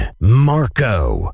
Marco